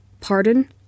Pardon